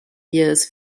years